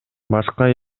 башка